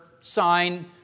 sign